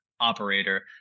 operator